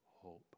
Hope